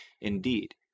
indeed